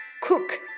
cook